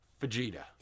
Vegeta